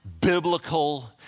biblical